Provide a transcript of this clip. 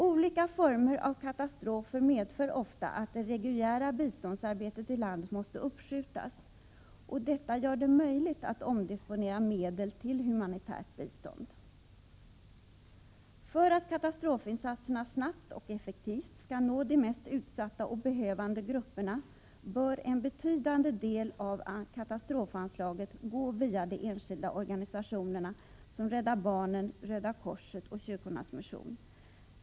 Olika former av katastrofer medför ofta att det reguljära biståndsarbetet i landet måste uppskjutas, och detta gör det möjligt att omdisponera medel till humanitärt bistånd. För att katastrofinsatserna snabbt och effektivt skall nå de mest utsatta och behövande grupperna bör en betydande del av katastrofanslaget gå via de enskilda organisationerna, som Rädda barnen, Röda korset och kyrkornas mission.